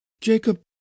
Jacob—